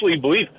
believe